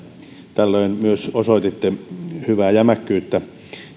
tällöin myös osoititte hyvää jämäkkyyttä